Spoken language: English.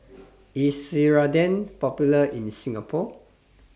IS Ceradan Popular in Singapore